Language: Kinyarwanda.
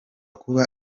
kuba